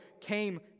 came